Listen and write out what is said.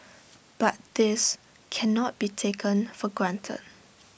but this cannot be taken for granted